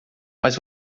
mas